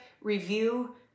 review